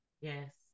yes